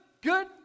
good